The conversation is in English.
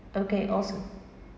okay awesome